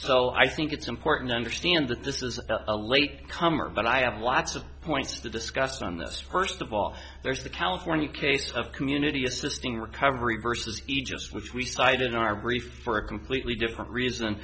so i think it's important to understand that this is a late comer but i have lots of points to discussed on this first of all there's the california case of community assisting recovery versus aegis which we cited in our brief for a completely different reason